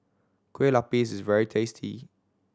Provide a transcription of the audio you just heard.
Kueh Lupis is very tasty